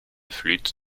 flûte